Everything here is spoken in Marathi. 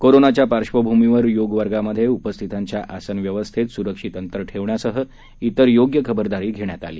कोरोनाच्या पार्शभूमीवर योग वर्गामध्ये उपस्थितांच्या आसन व्यवस्थेत सुरक्षित अंतर ठेवण्यासह इतर योग्य खबरदारी घेण्यात आली